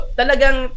talagang